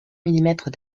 millimètres